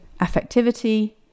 affectivity